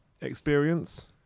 Experience